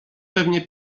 pewnie